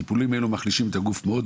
טיפולים אלו מחלישים את הגוף עד מאוד